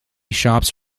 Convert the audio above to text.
shops